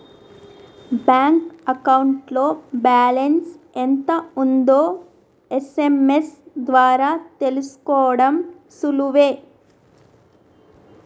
bank అకౌంట్లో balance ఎంత ఉందో ఎస్.ఎం.ఎస్ ద్వారా తెలుసుకోడం సులువే